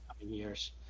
years